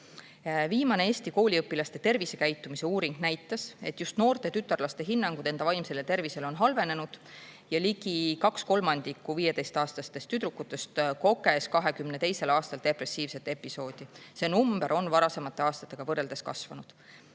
Viimane Eesti kooliõpilaste tervisekäitumise uuring näitas, et just noorte tütarlaste hinnangud enda vaimsele tervisele on halvenenud ja ligi kaks kolmandikku 15‑aastastest tüdrukutest koges 2022. aastal depressiivset episoodi. See number on varasemate aastatega võrreldes kasvanud.